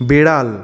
বেড়াল